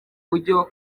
buryo